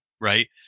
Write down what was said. right